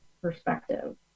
perspective